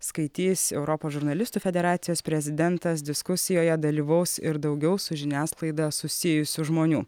skaitys europos žurnalistų federacijos prezidentas diskusijoje dalyvaus ir daugiau su žiniasklaida susijusių žmonių